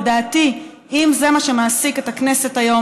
לדעתי אם זה מה שמעסיק את הכנסת היום